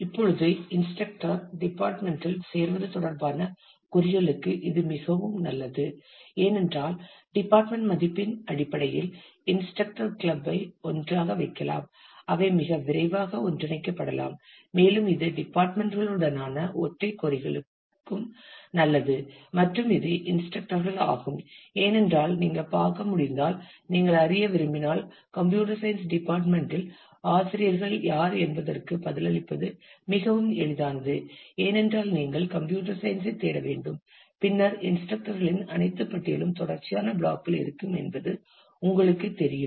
இப்பொழுது instructor department இல் சேருவது தொடர்பான கொறிகளுக்கு இது மிகவும் நல்லது ஏனென்றால் டிபார்ட்மெண்ட் மதிப்பின் அடிப்படையில் இன்ஸ்ரக்டர் கிளப்பை ஒன்றாகக் வைக்கலாம் அவை மிக விரைவாக ஒன்றிணைக்கப்படலாம் மேலும் இது டிபார்ட்மெண்ட்களுடனான ஒற்றை கொறிகளுக்கும் நல்லது மற்றும் இது இன்ஸ்ரக்டர் கள் ஆகும் ஏனென்றால் நீங்கள் பார்க்க முடிந்தால் நீங்கள் அறிய விரும்பினால் கம்ப்யூட்டர் சயின்ஸ் டிபார்ட்மென்ட் இல் ஆசிரியர்கள் யார் என்பதற்கு பதிலளிப்பது மிகவும் எளிதானது ஏனென்றால் நீங்கள் கம்ப்யூட்டர் சயின்ஸ் ஐ தேட வேண்டும் பின்னர் இன்ஸ்ரக்டர் களின் அனைத்து பட்டியலும் தொடர்ச்சியான பிளாக் இல் இருக்கும் என்பது உங்களுக்குத் தெரியும்